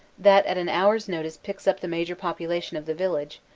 that at an' hour's notice picks up the major population of the village,